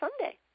sunday